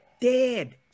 Dead